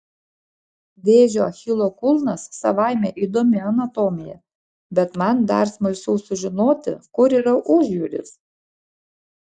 vėžio achilo kulnas savaime įdomi anatomija bet man dar smalsiau sužinoti kur yra užjūris